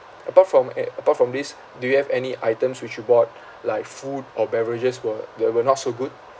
apart from a~ apart from this do you have any items which you bought like food or beverages were that were not so good